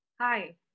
Hi